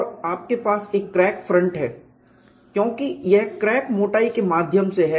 और आपके पास एक क्रैक फ्रंट है क्योंकि यह क्रैक मोटाई के माध्यम से है